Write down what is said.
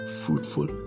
fruitful